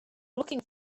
looking